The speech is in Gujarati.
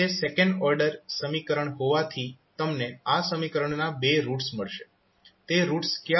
તે સેકન્ડ ઓર્ડર સમીકરણ હોવાથી તમને આ સમીકરણના બે રૂટ્સ મળશે તે રૂટ્સ ક્યાં હશે